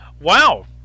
Wow